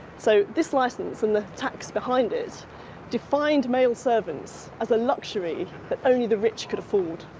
so this licence and the tax behind it defined male servants as a luxury that only the rich could afford.